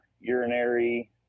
urinary